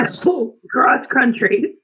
cross-country